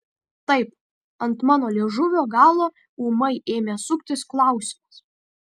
taip ant mano liežuvio galo ūmai ėmė suktis klausimas